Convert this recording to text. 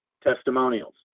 Testimonials